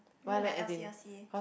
then they like L_C L_C